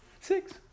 Six